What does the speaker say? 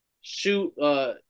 shoot